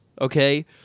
okay